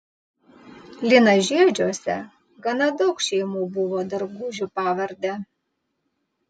linažiedžiuose gana daug šeimų buvo dargužių pavarde